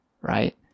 right